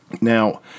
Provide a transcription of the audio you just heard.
Now